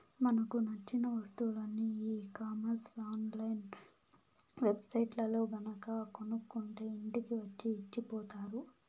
మనకు నచ్చిన వస్తువులని ఈ కామర్స్ ఆన్ లైన్ వెబ్ సైట్లల్లో గనక కొనుక్కుంటే ఇంటికి వచ్చి ఇచ్చిపోతారు